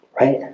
Right